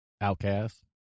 Outcast